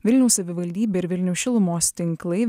vilniaus savivaldybė ir vilniaus šilumos tinklai